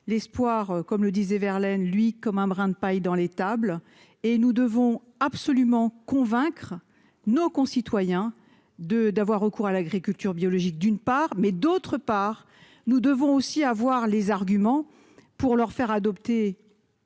l'espoir, comme le disait Verlaine lui comme un brin de paille dans l'étable et nous devons absolument convaincre nos concitoyens de d'avoir recours à l'agriculture biologique, d'une part mais d'autre part, nous devons aussi avoir les arguments pour leur faire adopter